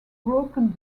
broken